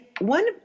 one